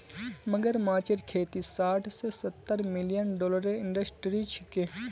मगरमच्छेर खेती साठ स सत्तर मिलियन डॉलरेर इंडस्ट्री छिके